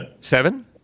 Seven